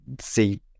see